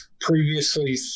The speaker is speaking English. previously